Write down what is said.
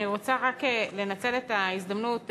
אני רוצה רק לנצל את ההזדמנות.